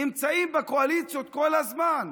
נמצאים בקואליציות כל הזמן,